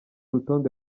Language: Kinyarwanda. rutonde